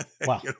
Wow